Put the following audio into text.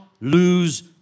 lose